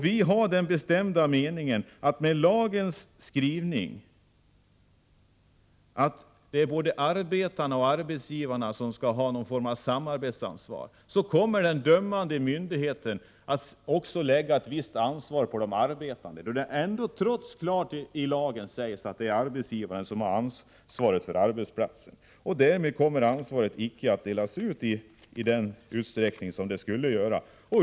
Vi har den bestämda meningen att med lagens skrivning, att både arbetarna och arbetsgivarna skall ha någon form av samarbetsansvar, kommer den dömande myndigheten att också lägga ett visst ansvar på de arbetande — trots att det i lagen klart sägs att det är arbetsgivaren som har ansvaret för arbetsplatsen. Därmed kommer ansvaret icke att utdömas i den utsträckning som skulle ske.